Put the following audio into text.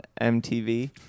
MTV